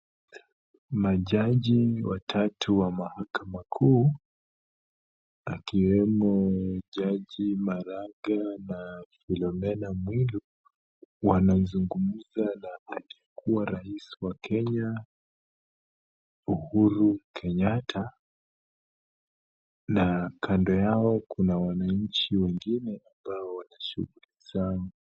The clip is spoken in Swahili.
Majaji watatu wa mahakama kuu, akiwemo jaji Maraga na Philomena Mwilu, wanazungumza na aliyekuwa rais wa Kenya, Uhuru Kenyatta na kando yao kuna wananchi wengine ambao wanashughuli zao.